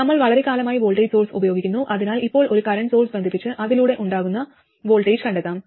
നമ്മൾ വളരെക്കാലമായി voltage source ഉപയോഗിക്കുന്നു അതിനാൽ ഇപ്പോൾ ഒരു കറന്റ് സോഴ്സ് ബന്ധിപ്പിച്ച് അതിലൂടെ ഉണ്ടാകുന്ന വോൾട്ടേജ് കണ്ടെത്താം